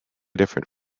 different